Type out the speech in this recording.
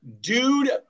Dude